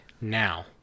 now